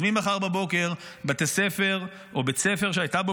אז ממחר בבוקר בתי ספר או בית ספר שהייתה בו